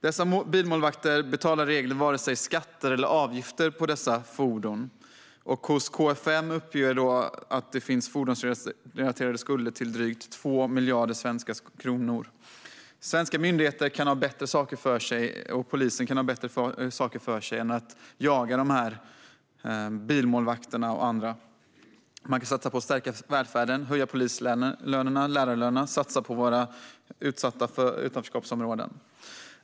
Dessa bilmålvakter betalar i regel varken skatter eller avgifter för dessa fordon, och hos KFM uppges att det finns fordonsrelaterade skulder om drygt 2 miljarder svenska kronor. Svenska myndigheter och polisen kan ägna sig åt bättre saker än att jaga dessa bilmålvakter och andra. Man kan stärka välfärden, höja polislönerna och lärarlönerna och satsa på våra utsatta utanförskapsområden.